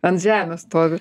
ant žemės stovi